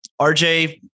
RJ